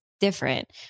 different